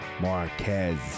Marquez